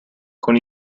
con